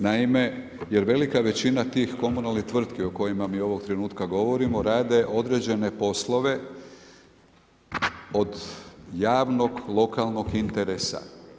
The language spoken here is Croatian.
Naime, jer velika većina tih komunalnih tvrtki o kojima mi ovog trenutka govorimo rade određene poslove od javnog lokalnog interesa.